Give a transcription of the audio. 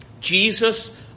Jesus